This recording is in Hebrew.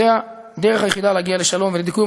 זו הדרך היחידה להגיע לשלום ולדו-קיום.